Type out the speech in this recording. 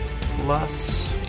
plus